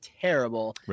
terrible